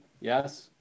yes